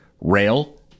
rail